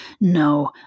no